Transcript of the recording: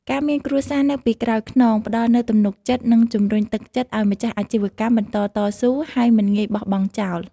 ការមានគ្រួសារនៅពីក្រោយខ្នង ផ្តល់នូវទំនុកចិត្ត និងជំរុញទឹកចិត្តឲ្យម្ចាស់អាជីវកម្មបន្តតស៊ូ ហើយមិនងាយបោះបង់ចោល។